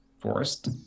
forest